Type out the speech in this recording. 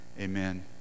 amen